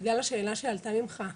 בגלל השאלה שעלתה ממך,